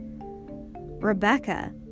Rebecca